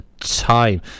time